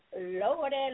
lordy